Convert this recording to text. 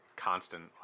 constant